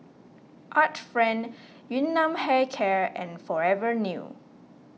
Art Friend Yun Nam Hair Care and Forever New